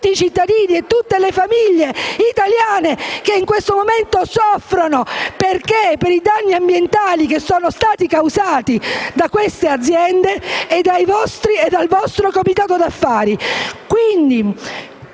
tutti i cittadini e tutte le famiglie italiane che in questo momento soffrono per i danni ambientali che sono stati causati da queste aziende e dal vostro comitato d'affari.